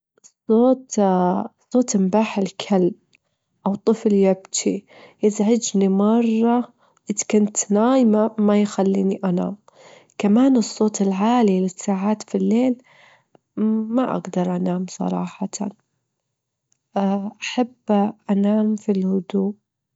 في يوم من الأيام ساحر بيحاول يسوي تعويذة جديدة، بس بالغ فيها وصار حجمه صغير جداً، صار يواجه صعوبة في التنقل وفي التعامل مع الأشياء اللي حوله، بعد فترة تعلم إنه لازم يكون حذر مع السحر.